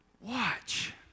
watch